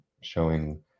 showing